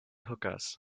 hookahs